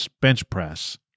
bench-press